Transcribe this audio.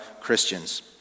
Christians